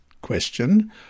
Question